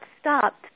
stopped